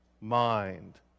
mind